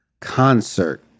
concert